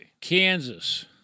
Kansas